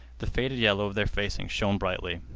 the faded yellow of their facings shone bravely.